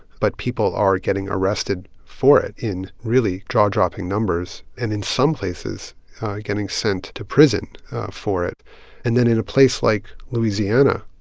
but people are getting arrested for it in really jaw-dropping numbers and in some places getting sent to prison for it and then in a place like louisiana,